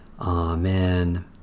Amen